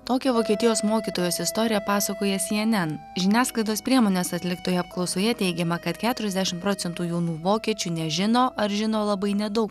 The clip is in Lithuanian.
tokią vokietijos mokytojos istoriją pasakoja si en en žiniasklaidos priemonės atliktoje apklausoje teigiama kad keturiasdešim procentų jaunų vokiečių nežino ar žino labai nedaug